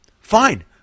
fine